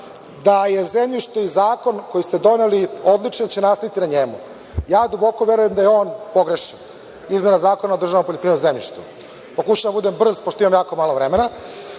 da je zemljište i zakon koji ste doneli će odlučno nastojati na njemu. Duboko verujem da je on pogrešan, izmena Zakona o poljoprivrednom zemljištu. Pokušavam da budem brz, pošto imam jako malo vremena.